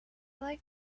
like